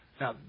Now